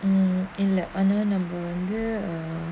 mm இல்ல ஆனா நம்ம வந்து:illa aana namma vanthu err